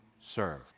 serve